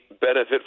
benefit